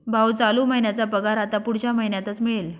भाऊ, चालू महिन्याचा पगार आता पुढच्या महिन्यातच मिळेल